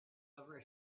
over